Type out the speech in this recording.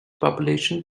population